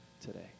today